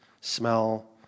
smell